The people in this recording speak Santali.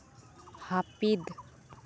ᱦᱟᱹᱯᱤᱫ